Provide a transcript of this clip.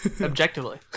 Objectively